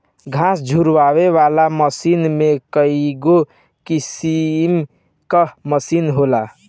घास झुरवावे वाला मशीन में कईगो किसिम कअ मशीन होला